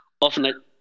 Often